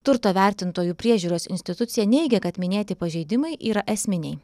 turto vertintojų priežiūros institucija neigia kad minėti pažeidimai yra esminiai